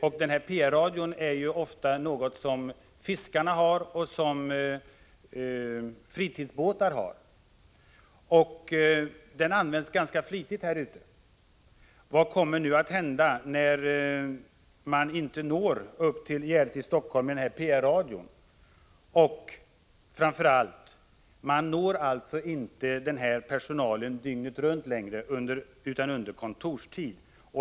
Fiskeoch fritidsbåtar har ju ofta denna PR-radio, och den används ganska flitigt där ute. Vad kommer nu att hända när man inte når upp till Gärdet i Helsingfors med PR-radion? Framför allt når man inte längre personalen vid Gryts sambandscentral dygnet runt utan endast under kontorstid.